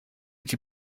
die